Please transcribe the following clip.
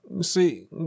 See